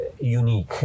Unique